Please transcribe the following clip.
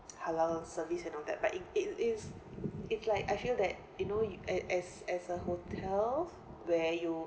halal service and all that but it it is it's like I feel that you know as as as a hotel where you